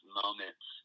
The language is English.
moments